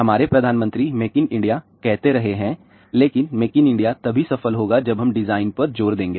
हमारे प्रधानमंत्री make in India कहते रहे हैं लेकिन मेक इन इंडिया तभी सफल होगा जब हम डिजाइन पर जोर देंगे